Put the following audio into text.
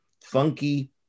funky